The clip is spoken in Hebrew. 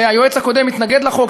היועץ הקודם התנגד לחוק,